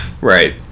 Right